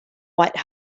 white